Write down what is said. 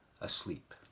asleep